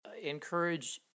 encourage